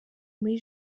muri